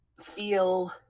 feel –